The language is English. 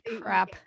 crap